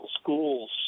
schools